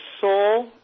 soul